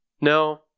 No